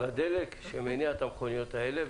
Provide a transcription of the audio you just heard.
הדלק שמניע את המכוניות האלה.